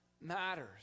matters